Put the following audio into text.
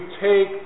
take